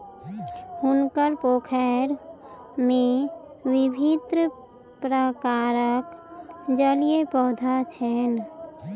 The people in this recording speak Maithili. हुनकर पोखैर में विभिन्न प्रकारक जलीय पौधा छैन